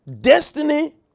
destiny